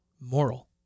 moral